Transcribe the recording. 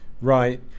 Right